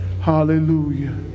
Hallelujah